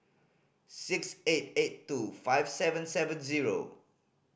six eight eight two five seven seven zero